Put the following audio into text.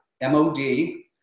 M-O-D